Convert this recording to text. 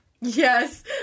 yes